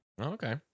Okay